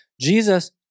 Jesus